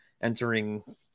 entering